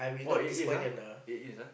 !wah! it is ah it is ah